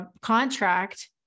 contract